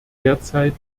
derzeit